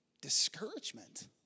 discouragement